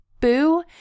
boo